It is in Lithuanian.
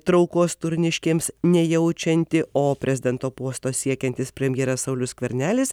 traukos turniškėms nejaučianti o prezidento posto siekiantis premjeras saulius skvernelis